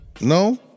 No